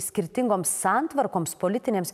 skirtingoms santvarkoms politinėms